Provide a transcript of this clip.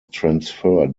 transferred